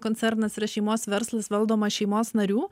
koncernas yra šeimos verslas valdomas šeimos narių